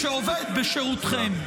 שעובד בשירותכם.